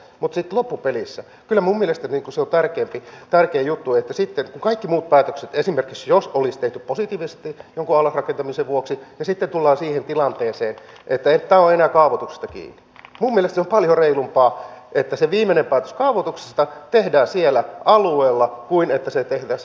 mutta sitten loppupelissä kyllä minun mielestäni se on tärkein juttu että sitten kun kaikki muut päätökset on tehty esimerkiksi jos olisi tehty positiivinen päätös jonkun allasrakentamisen vuoksi ja tullaan siihen tilanteeseen että tämä on enää kaavoituksesta kiinni minun mielestäni se on paljon reilumpaa että se viimeinen päätös kaavoituksesta tehdään siellä alueella kuin että se tehtäisiin helsingissä ministeriössä